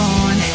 on